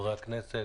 חברי הכנסת,